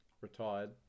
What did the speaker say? retired